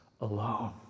alone